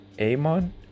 Amon